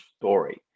story